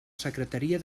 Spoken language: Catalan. secretaria